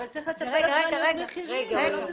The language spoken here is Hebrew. אבל צריך לטפל אז בעליות מחירים, לא בזה.